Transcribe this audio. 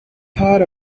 thought